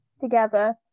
together